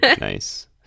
Nice